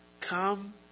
Come